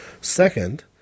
second